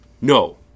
No